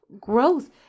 growth